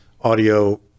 audio